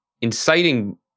inciting